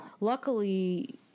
luckily